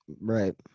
Right